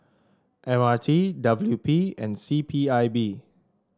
M R T W P and C P I B